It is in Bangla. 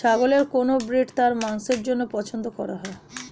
ছাগলের কোন ব্রিড তার মাংসের জন্য পছন্দ করা হয়?